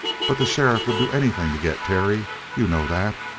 but the sheriff would do anything to get terry. you know that.